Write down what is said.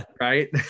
Right